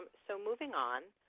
um so moving on,